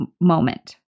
moment